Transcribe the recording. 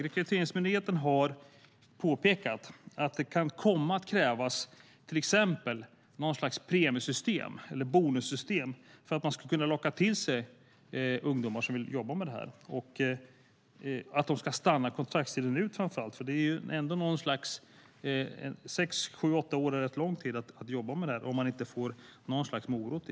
Rekryteringsmyndigheten har påpekat att det kan komma att krävas till exempel något slags premiesystem eller bonussystem för att locka till sig ungdomar och få dem att stanna kontraktstiden ut. Sex till åtta år är en lång tid att jobba med dessa uppgifter om man inte får något slags morot.